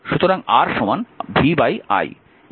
সুতরাং R v i